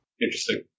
Interesting